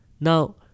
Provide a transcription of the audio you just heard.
Now